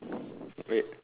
wait